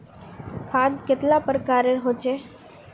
खाद कतेला प्रकारेर होचे?